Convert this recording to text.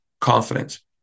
Confidence